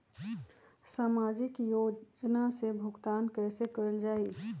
सामाजिक योजना से भुगतान कैसे कयल जाई?